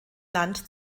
land